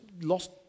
lost